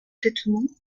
complètement